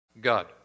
God